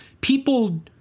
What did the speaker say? people